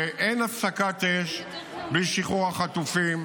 שאין הפסקת אש בלי שחרור החטופים.